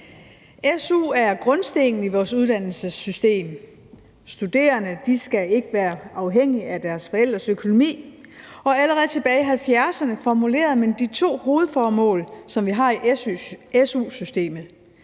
Su er grundstenen i vores uddannelsessystem. Studerende skal ikke være afhængige af deres forældres økonomi, og allerede tilbage i 1970'erne formulerede man de to hovedformål, som vi har i su-systemet,